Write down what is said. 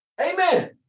Amen